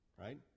Right